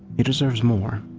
he deserves more.